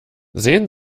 sehen